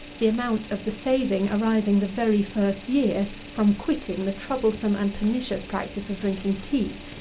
the amount of the saving, arising the very first year, from quitting the troublesome and pernicious practice of drinking tea.